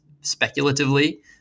speculatively